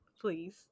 Please